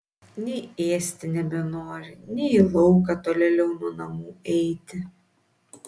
nei ėsti nebenori nei į lauką tolėliau nuo namų eiti